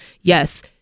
yes